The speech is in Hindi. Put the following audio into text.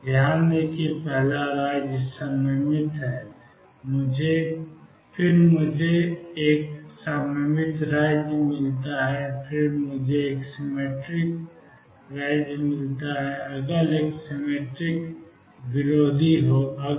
ध्यान दें कि पहला राज्य सिमिट्रिक है फिर मुझे एक सिमिट्रिक राज्य मिलता है फिर मुझे एक सिमिट्रिक राज्य मिलता है अगला एक सिमिट्रिक विरोधी होगा